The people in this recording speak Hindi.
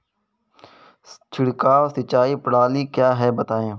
छिड़काव सिंचाई प्रणाली क्या है बताएँ?